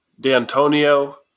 D'Antonio